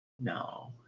No